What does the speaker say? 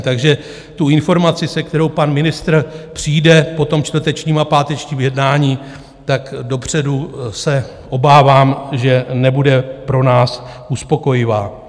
Takže informace, se kterou pan ministr přijde po čtvrtečním a pátečním jednání, dopředu se obávám, že nebude pro nás uspokojivá.